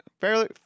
fairly